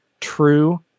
true